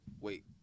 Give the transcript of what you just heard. wait